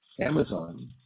Amazon